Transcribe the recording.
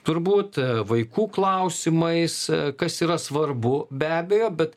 turbūt vaikų klausimais kas yra svarbu be abejo bet